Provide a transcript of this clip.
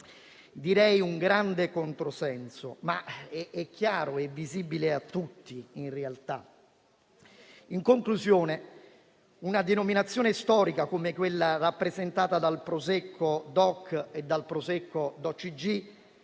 sarebbe un grande controsenso, chiaro e visibile a tutti. In conclusione, una denominazione storica come quella rappresentata dal Prosecco DOC e dal Prosecco con